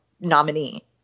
nominee